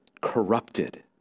corrupted